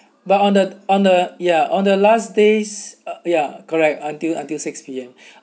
but on the on the ya on the last days ya correct until until six P_M